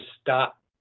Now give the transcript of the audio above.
stop